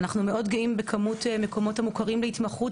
אנחנו מאוד גאים בכמות המקומות המוכרים להתמחות,